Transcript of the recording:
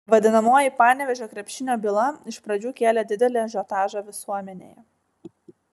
vadinamoji panevėžio krepšinio byla iš pradžių kėlė didelį ažiotažą visuomenėje